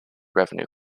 revenue